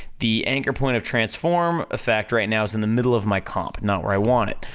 the anchor point of transform effect right now is in the middle of my comp, not where i want it.